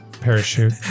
Parachute